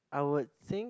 I would think